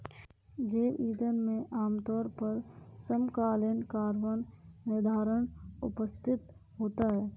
जैव ईंधन में आमतौर पर समकालीन कार्बन निर्धारण उपस्थित होता है